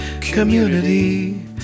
community